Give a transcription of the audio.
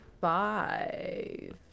five